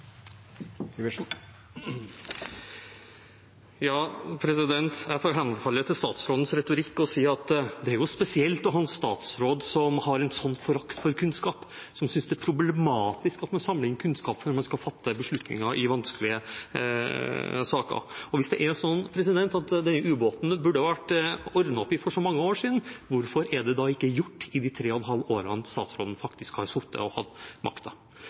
spesielt å ha en statsråd som har en slik forakt for kunnskap, som synes det er problematisk at man samler inn kunnskap før man skal fatte beslutninger i vanskelige saker. Hvis det er slik at dette med ubåten burde vært ordnet opp i for så mange år siden, hvorfor er det da ikke gjort i løpet av de tre og et halvt årene som statsråden faktisk har sittet og hatt